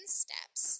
steps